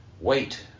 wait